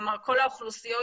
כל האוכלוסיות